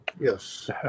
Yes